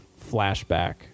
flashback